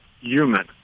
human